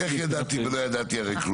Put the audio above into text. איך ידעתי ולא ידעתי כלום?